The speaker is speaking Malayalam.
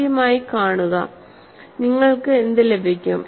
ആദ്യമായി കാണുക നിങ്ങൾക്ക് എന്ത് ലഭിക്കും